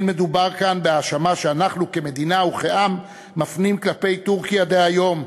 אין מדובר כאן בהאשמה שאנחנו כמדינה וכעם מפנים כלפי טורקיה דהיום,